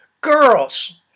Girls